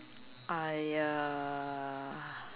I uh